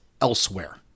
elsewhere